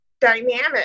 Dynamic